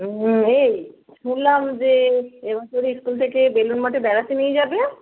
হুম এই শুনলাম যে এ বছরে স্কুল থেকে বেলুড় মঠে বেড়াতে নিয়ে যাবে